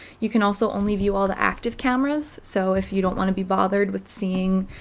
you can also only view all the active cameras, so if you don't want to be bothered with seeing